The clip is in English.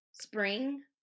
spring